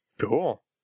Cool